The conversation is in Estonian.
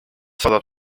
saadab